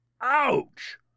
ouch